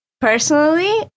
personally